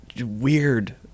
weird